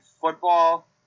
football